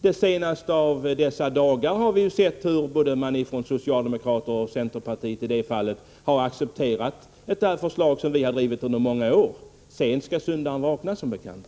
De senaste av dessa dagar har vi ju sett hur både socialdemokrater och centerpartister har accepterat ett förslag som vi har drivit i många år. Sent skall som bekant syndaren vakna.